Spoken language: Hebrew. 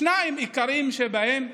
שניים מן העיקריים שבהם הם